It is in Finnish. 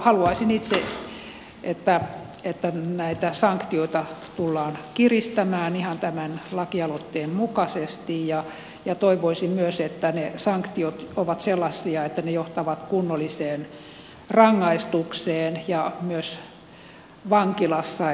haluaisin itse että näitä sanktioita tullaan kiristämään ihan tämän lakialoitteen mukaisesti ja toivoisin myös että ne sanktiot ovat sellaisia että ne johtavat kunnolliseen rangaistukseen ja myös vankilassa